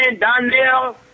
Donnell